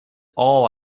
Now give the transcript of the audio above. all